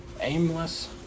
aimless